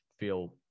Feel